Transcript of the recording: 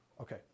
Okay